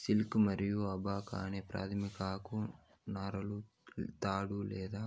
sisal మరియు abaca అనే ప్రాధమిక ఆకు నారలు తాడు లేదా